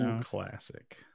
Classic